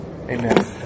Amen